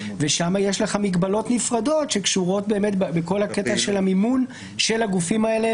ושם יש לך מגבלות נפרדות שקשורות לכל הקטע של המימון של הגופים האלה